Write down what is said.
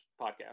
podcast